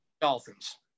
Dolphins